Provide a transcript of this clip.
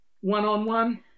one-on-one